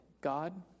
God